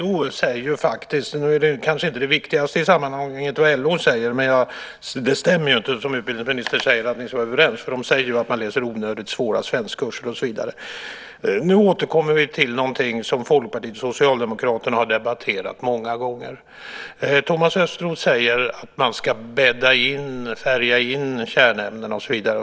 Herr talman! Nu är kanske inte det viktigaste i sammanhanget vad LO säger, men det utbildningsministern säger om att ni är överens stämmer inte. LO säger att svenskkurserna är onödigt svåra, och så vidare. Nu återkommer vi till något som Folkpartiet och Socialdemokraterna har debatterat många gånger. Thomas Östros säger att man ska bädda in, färga in, kärnämnena och så vidare.